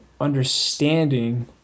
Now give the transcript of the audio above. understanding